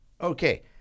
Okay